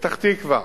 פתח-תקווה,